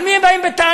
אל מי הם באים בטענות